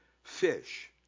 Fish